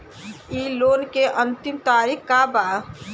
इ लोन के अन्तिम तारीख का बा?